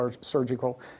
surgical